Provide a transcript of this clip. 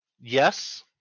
yes